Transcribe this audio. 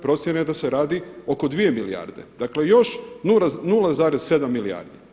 Procjena je da se radi oko 2 milijarde, dakle još 0,7 milijardi.